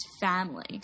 family